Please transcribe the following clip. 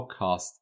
podcast